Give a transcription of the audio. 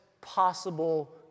possible